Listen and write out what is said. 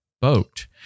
boat